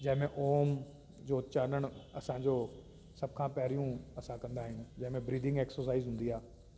जंहिंमें ओम जो उच्चारण असांजो सभ खां पहिरियों असां कंदा आहियूं जंहिंमें ब्रीदिंग एक्सरसाइज़ हूंदी आहे